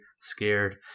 scared